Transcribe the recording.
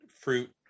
fruit